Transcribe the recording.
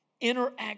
interact